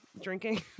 drinking